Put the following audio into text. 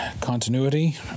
continuity